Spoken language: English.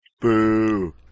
Boo